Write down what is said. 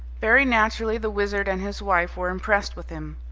very naturally the wizard and his wife were impressed with him.